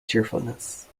cheerfulness